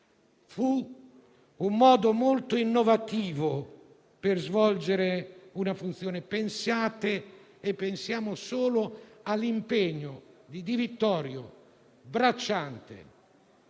Fu un modo molto innovativo per svolgere una funzione. Pensate solo all'impegno che Di Vittorio bracciante